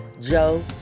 Joe